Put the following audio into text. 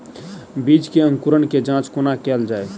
बीज केँ अंकुरण केँ जाँच कोना केल जाइ?